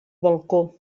balcó